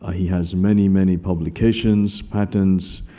ah he has many, many publications, patents.